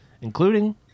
including